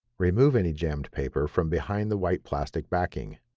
remove any jammed paper from behind the white plastic backing.